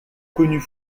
connus